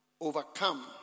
overcome